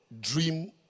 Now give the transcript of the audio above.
dream